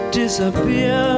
disappear